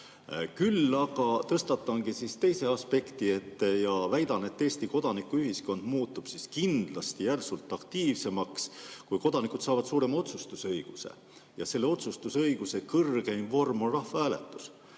Küll aga tõstatangi teise aspekti ja väidan, et Eesti kodanikuühiskond muutub kindlasti järsult aktiivsemaks, kui kodanikud saavad suurema otsustusõiguse. Ja selle otsustusõiguse kõrgeim vorm on rahvahääletus.